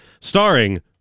starring